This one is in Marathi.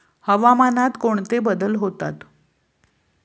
हवामानात कोणते बदल होतात?